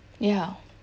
yeah